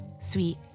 sweet